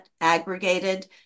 aggregated